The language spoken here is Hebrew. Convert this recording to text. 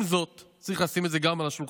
עם זאת, צריך לשים גם את זה על השולחן,